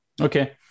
Okay